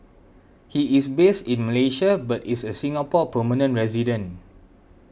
he is based in Malaysia but is a Singapore permanent resident